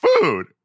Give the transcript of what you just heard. food